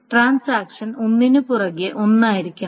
transaction ഒന്നിനുപുറകെ ഒന്നായിരിക്കണം